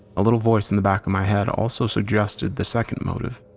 a little voice in the back of my head also suggested the second motive.